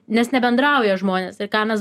nes nebendrauja žmonės ir ką mes